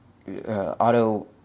Auto